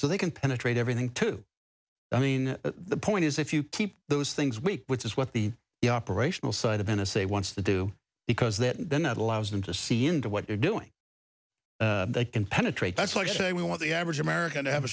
so they can penetrate everything too i mean the point is if you keep those things weak which is what the operational side of n s a wants to do because that then allows them to see into what they're doing they can penetrate that's like saying we want the average american to have a